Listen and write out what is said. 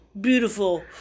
beautiful